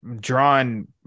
drawn